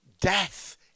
death